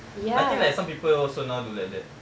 I think like some people now also do like that